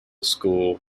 school